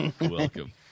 Welcome